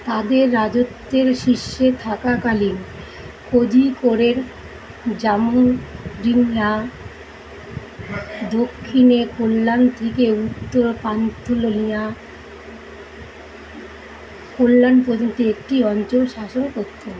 তাদের রাজত্বের শীর্ষে থাকাকালীন কোঝিকোড়ের জামোরিন দক্ষিণে কোল্লাম থেকে উত্তর পান্থলনীয়া কোল্লাম পর্যন্ত একটি অঞ্চল শাসন করতেন